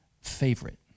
favorite